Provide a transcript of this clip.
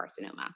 carcinoma